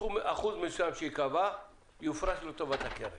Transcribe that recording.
אחוז מסוים שייקבע יופרש לטובת הקרן.